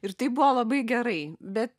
ir tai buvo labai gerai bet